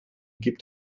gibt